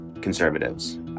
conservatives